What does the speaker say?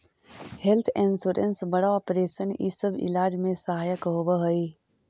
health insurance बड़ा operation इ सब इलाज में सहायक होवऽ हई